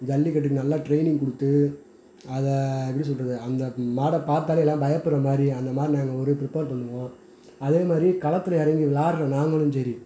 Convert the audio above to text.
ஜல்லிக்கட்டுக்கு நல்லா ட்ரெய்னிங் கொடுத்து அதை எப்படி சொல்கிறது அந்த மாடை பார்த்தாலே எல்லாேரும் பயப்புடுற மாதிரி அந்த மாதிரி நாங்கள் ஒரு ப்ரிப்பேர் பண்ணுவோம் அதே மாதிரி களத்தில் இறங்கி விளாடுற நாங்களும் சரி